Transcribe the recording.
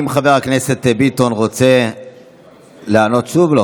האם חבר הכנסת ביטון רוצה לעלות שוב?